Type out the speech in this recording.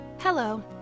Hello